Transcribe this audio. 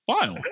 file